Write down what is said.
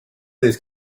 these